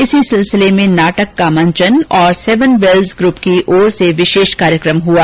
इसी सिलसिले में नाटक का मंचन और सेवन बैल्ज ग्रप की ओर से विशेष कार्यक्रम हुआ